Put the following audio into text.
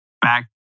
back